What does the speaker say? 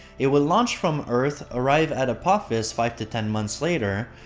it would launch from earth, arrive at apophis five to ten months later,